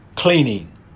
cleaning